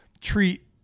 treat